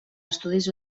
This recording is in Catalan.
estudis